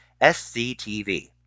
SCTV